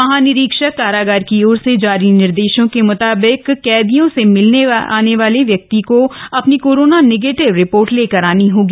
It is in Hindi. महानिरीक्षक कारागार की ओर से जारी निर्देश के मुताबिक कैदियों से मिलने आने वाले व्यक्ति को अपनी कोरोना नेगेटिव रिपोर्ट लेकर आनी होगी